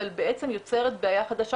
אבל בעצם יוצר בעיה חדשה,